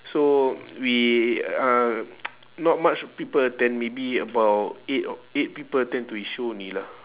so we uh not much people attend maybe about eight eight people attend to his show only lah